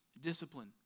discipline